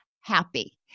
happy